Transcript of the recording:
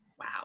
Wow